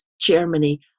Germany